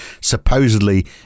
supposedly